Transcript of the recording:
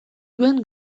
duen